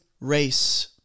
race